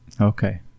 okay